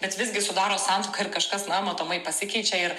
bet visgi sudaro santuoką ir kažkas na matomai pasikeičia ir